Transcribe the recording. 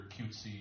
cutesy